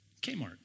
Kmart